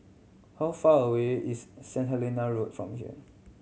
how far away is Saint Helena Road from here